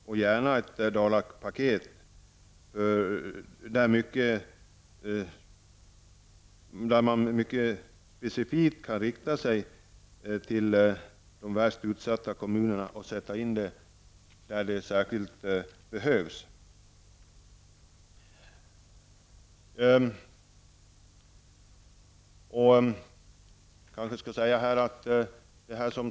Det kan gärna vara i form av Dalapaket där man specifikt kan rikta sig till de värst utsatta kommunerna och sätta in åtgärder där det särskilt behövs.